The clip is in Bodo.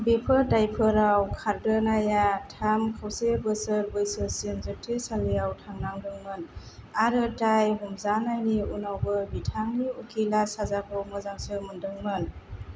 बेफोर दायफोराव कार्डोनाया थाम खावसे बोसोर बैसोरसिम जोबथेसालियाव थानांदोंमोन आरो दाय हमजानायनि उनावबो बिथांनि उखिला साजाखौ मोजांसो मोन्दोंमोन